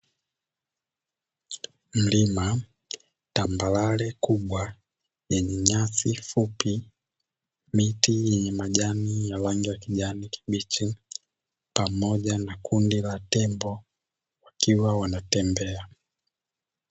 Mlima tambarare kubwa yenye nyasi fupi, miti yenye majani ya rangi ya kijani kibichi, pamoja na kundi la tembo wakiwa wanatembea.